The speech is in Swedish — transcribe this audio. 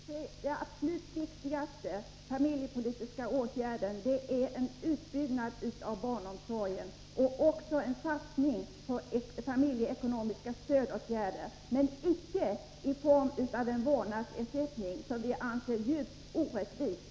Fru talman! Till Rune Gustavsson vill jag säga att den absolut viktigaste familjepolitiska åtgärden för LO-kollektivet är en utbyggnad av barnomsor gen och en satsning på familjeekonomiska stödåtgärder, men icke i form av en vårdnadsersättning. En sådan anser vi vara djupt orättvis.